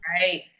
Right